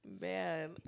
Man